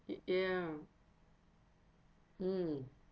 it ya mm